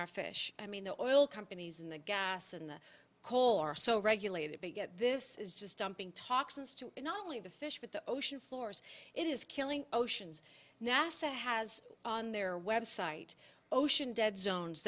our fish i mean the oil companies and the gas in the coal are so regulated to get this is just dumping toxins to not only the fish but the ocean floors it is killing oceans nasa has on their website ocean dead zones